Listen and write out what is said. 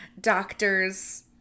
doctor's